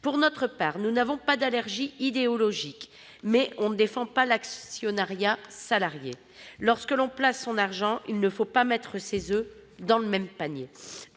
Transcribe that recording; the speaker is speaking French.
Pour notre part, si nous n'avons pas d'allergie idéologique, nous ne défendons pas l'actionnariat salarié : lorsque l'on place son argent, il ne faut pas mettre ses oeufs dans le même panier.